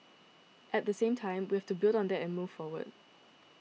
at the same time we have to build on that and move forward